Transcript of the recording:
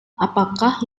apakah